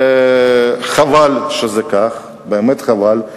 חבל שזה כך, באמת חבל.